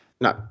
no